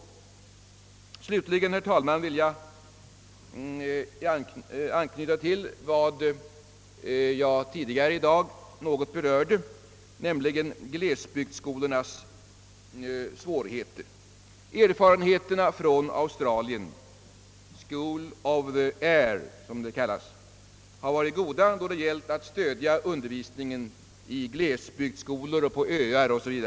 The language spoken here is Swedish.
Jag vill slutligen, herr talman, anknyta till vad jag tidigare i dag något berörde, nämligen glesbygdsskolornas svårigheter. Erfarenheterna från Au straliens »School of the Air» har varit goda då det gällt att stödja undervisningen i glesbygdsskolor, på öar 0. s. v.